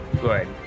Good